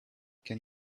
can